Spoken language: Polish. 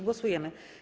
Głosujemy.